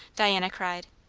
diana cried.